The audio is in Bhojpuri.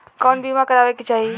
कउन बीमा करावें के चाही?